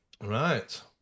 Right